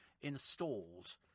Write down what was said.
installed